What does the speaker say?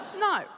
no